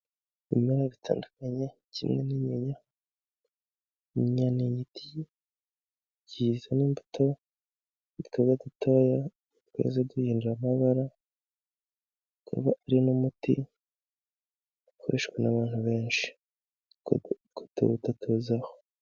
Ibimera bitandukanye kimwe n'inyinya, inyinya ni igiti kizana imbuto tukaba dutoya iyo tweze duhindura amabara, kikaba ari n'umuti ukoreshwa n'abantu benshi kubera utwo tubuto tuzaho.